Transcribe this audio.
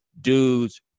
dudes